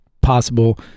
possible